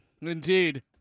Indeed